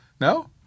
no